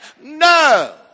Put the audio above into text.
No